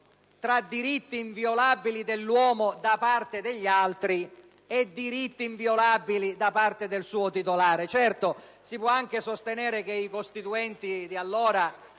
tra diritti inviolabili dell'uomo da parte degli altri e diritti inviolabili da parte del suo titolare. Si può anche sostenere che i Padri costituenti non